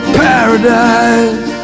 paradise